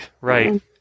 right